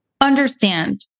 understand